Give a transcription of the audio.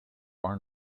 are